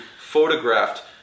photographed